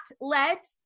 let